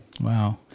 Wow